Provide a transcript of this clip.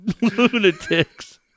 lunatics